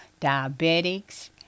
diabetics